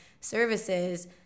services